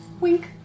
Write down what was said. Wink